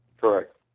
Correct